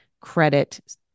credit